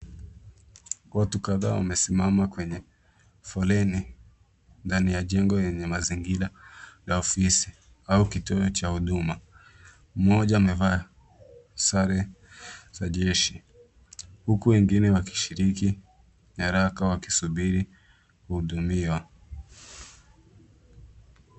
Watu kadha wamesimama kwenye foleni ndani ya jengo lenye mazingira ya ofisi au kituo cha huduma, Mmoja amevaa sare za jeshi, Huku wengine wakishiriki nyaraka wakisubiri kuhudumiwa.